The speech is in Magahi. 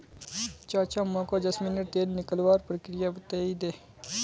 चाचा मोको जैस्मिनेर तेल निकलवार प्रक्रिया बतइ दे